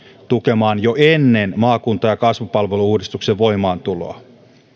tukemaan jo ennen maakunta ja kasvupalvelu uudistuksen voimaantuloa